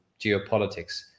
geopolitics